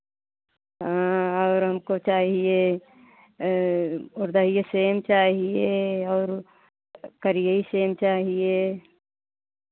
हाँ और हमको चाहिये उरदहिये सेम चाहिये और वो करियई सेम चाहिये